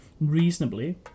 reasonably